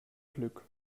glück